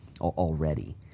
already